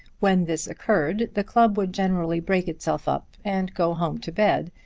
when this occurred the club would generally break itself up and go home to bed,